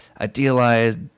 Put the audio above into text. idealized